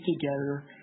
together